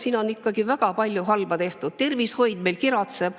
siin on ikkagi väga palju halba tehtud. Tervishoid meil kiratseb.